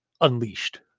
unleashed